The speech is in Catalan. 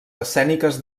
escèniques